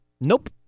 Nope